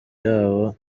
yabo